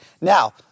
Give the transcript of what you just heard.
Now